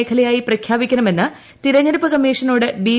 മേഖലയായി പ്രഖ്യാപിക്കണമെന്ന് തെരഞ്ഞെടുപ്പ് കമ്മീഷനോട് ബി